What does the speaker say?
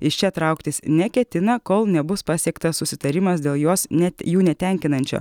iš čia trauktis neketina kol nebus pasiektas susitarimas dėl jos net jų netenkinančio